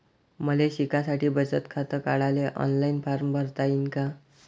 मले शिकासाठी बचत खात काढाले ऑनलाईन फारम भरता येईन का?